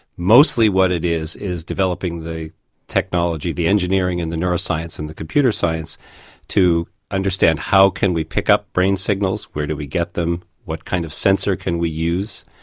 mostly what it is is developing the technology, the engineering and the neuroscience and the computer science to understand how can we pick up brain signals, where do we get them, what kind of sensor can we use,